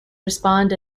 respond